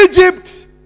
egypt